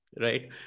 right